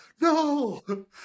no